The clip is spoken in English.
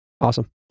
Awesome